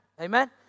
Amen